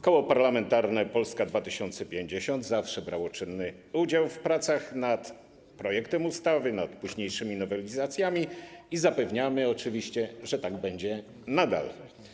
Koło Parlamentarne Polska 2050 zawsze brało czynny udział w pracach nad projektem ustawy, nad późniejszymi nowelizacjami i zapewniamy oczywiście, że tak będzie nadal.